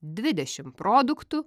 dvidešim produktų